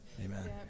Amen